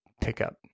pickup